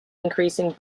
increasing